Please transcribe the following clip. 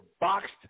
boxed